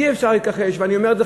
אי-אפשר להתכחש ואני אומר את זה,